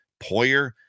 Poyer